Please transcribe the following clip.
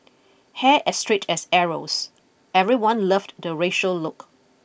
hair as straight as arrows everyone loved the Rachel look